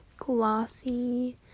glossy